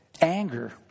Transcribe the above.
Anger